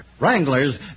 Wranglers